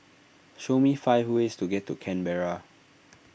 show me five ways to get to Canberra